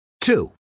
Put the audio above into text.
Two